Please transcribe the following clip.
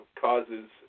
causes